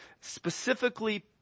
specifically